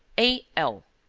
a. l.